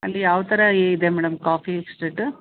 ಅಲ್ಲಿ ಯಾವ ಥರ ಇದೆ ಮೇಡಮ್ ಕಾಫಿ ಎಸ್ಟೇಟು